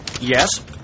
Yes